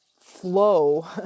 flow